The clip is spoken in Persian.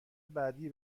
بعدی